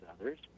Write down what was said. others